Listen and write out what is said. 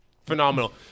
phenomenal